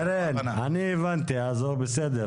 קרן, קרן, אני הבנתי, בסדר.